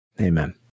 Amen